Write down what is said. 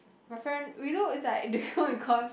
my friend we know is like the home-econs